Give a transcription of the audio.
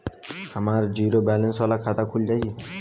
हमार zero balance वाला खाता खुल जाई?